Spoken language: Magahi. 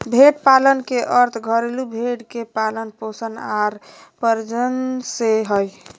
भेड़ पालन के अर्थ घरेलू भेड़ के पालन पोषण आर प्रजनन से हइ